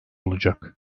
olacak